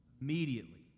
immediately